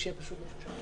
לנהל את הישיבה.